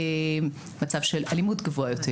מצב של אלימות גבוהה יותר,